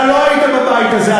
אתה לא היית בבית הזה,